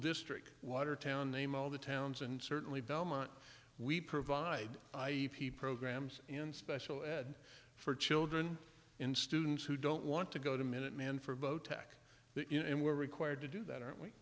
district water town name all the towns and certainly belmont we provide i e p programs in special ed for children in students who don't want to go to minuteman for vote back you know and we're required to do that aren't we